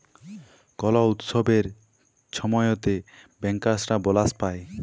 call উৎসবের ছময়তে ব্যাংকার্সরা বলাস পায়